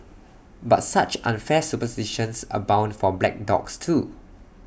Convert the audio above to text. but such unfair superstitions abound for black dogs too